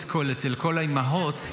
אצל כל האימהות,